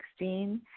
2016